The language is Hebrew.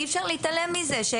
אי אפשר להתעלם מזה.